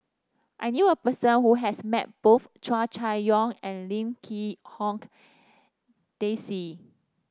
I knew a person who has met both Hua Chai Yong and Lim Quee Hong Daisy